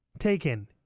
taken